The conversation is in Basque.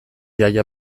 jaia